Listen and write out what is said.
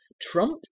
Trump